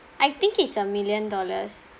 I think it's a million dollars